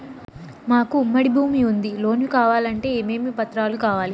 మాకు ఉమ్మడి భూమి ఉంది లోను కావాలంటే ఏమేమి పత్రాలు కావాలి?